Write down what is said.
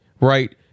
right